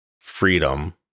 freedom